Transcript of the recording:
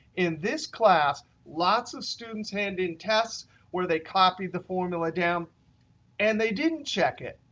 in this class, lots of students hand in tests where they copy the formula down and they didn't check it.